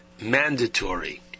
mandatory